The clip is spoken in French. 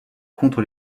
contre